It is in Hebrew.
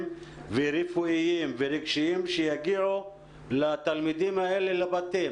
ורפואיים ורגשיים שיגיעו לתלמידים האלה לבתים?